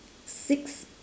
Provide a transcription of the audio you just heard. six